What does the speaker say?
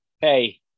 hey